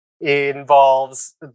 involves